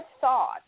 thought